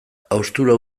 haustura